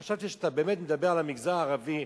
חשבתי שאתה באמת מדבר על המגזר הערבי,